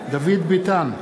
דוד ביטן,